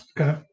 okay